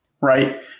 right